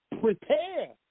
Prepare